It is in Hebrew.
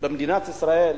במדינת ישראל,